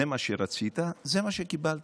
זה מה שרצית, זה מה שקיבלת.